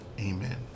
Amen